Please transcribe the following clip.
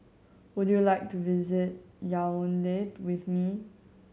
would you like to visit Yaounde with me